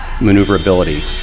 maneuverability